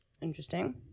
Interesting